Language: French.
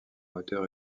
moteur